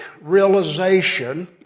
realization